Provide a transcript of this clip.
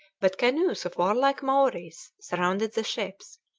but canoes of warlike maoris surrounded the ships,